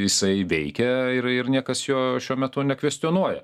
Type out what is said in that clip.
jisai veikia ir ir niekas jo šiuo metu nekvestionuoja